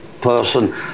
person